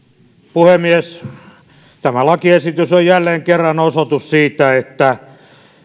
puhemies tämä lakiesitys on jälleen kerran osoitus siitä että